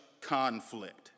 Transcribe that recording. conflict